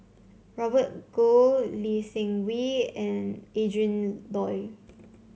Robert Goh Lee Seng Wee and Adrin Loi